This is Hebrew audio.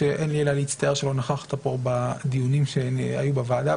שאין לי אלא להצטער שלא נכחת פה בדיונים שהיו בוועדה,